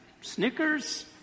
Snickers